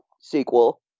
sequel